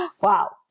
Wow